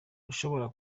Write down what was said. ushobora